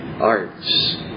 arts